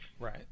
Right